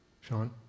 Sean